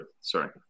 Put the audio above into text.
Sorry